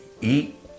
eat